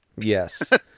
Yes